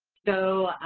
so